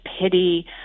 pity